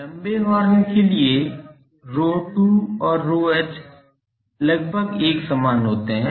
लंबे हॉर्न के लिए ρ2 और ρh यह लगभग एक समान होते है